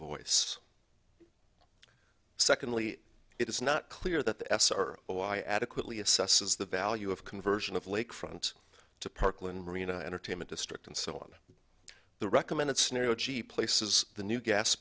voice secondly it is not clear that the s or a y adequately assesses the value of conversion of lakefront to parklane marina entertainment district and so on the recommended scenario cheap places the new gas